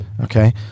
okay